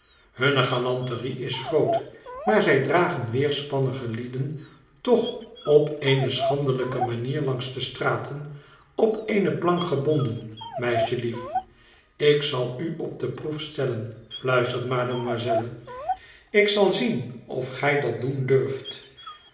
hunne galanterie is groot maar zij dragen weerspannige lieden toch op eene schandelijke manier langs de straten op eene plank gebonden meisjelief ik zal u op de proef stellen fluistert mademoiselle ik zal zien of gij dat doen durft